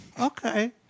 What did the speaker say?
okay